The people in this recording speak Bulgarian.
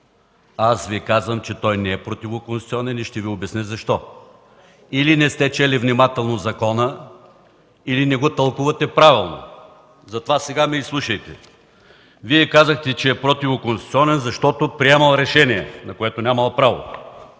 Аз Ви казвам, че той не е противоконституционен и ще Ви обясня защо. Или не сте чели внимателно закона, или не го тълкувате правилно. Затова сега ме изслушайте! Вие казахте, че е противоконституционен, защото приемал решения, на които нямал право.